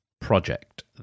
project